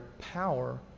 power